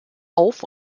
auf